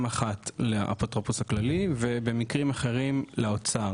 אחת לאפוטרופוס הכללי ובמקרים אחרים לאוצר,